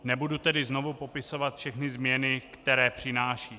Nebudu tedy znovu popisovat všechny změny, které přináší.